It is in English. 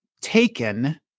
taken